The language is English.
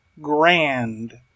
GRAND